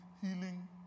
healing